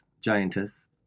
giantess